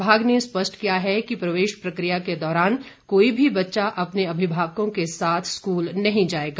विभाग ने स्पष्ट किया है कि प्रवेश प्रक्रिया के दौरान कोई भी बच्चा अपने अभिभावकों के साथ स्कूल नहीं जायेगा